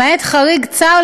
למעט חריג צר,